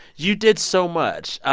you did so much. ah